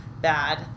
bad